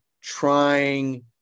trying